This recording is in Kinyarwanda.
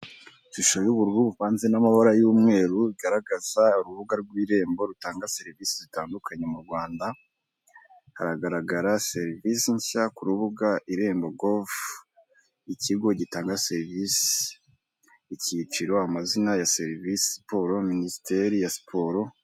Ishusho y'ubururu buvanze n'amabara y'umweru, bigaragaza urubuga rw'irembo rutanga serivisi zitandukanye mu Rwanda, haragaragara serivisi nshya ku rubuga irembo govu, ikigo gitanga serivisi, icyiciro, amazina ya serivisi, siporo, minisiteri ya siporo,...